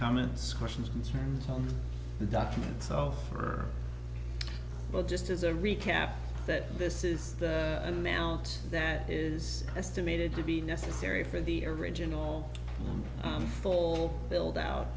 comments questions concerns all the documents all for well just as a recap that this is the melt that is estimated to be necessary for the original goal build out